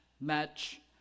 match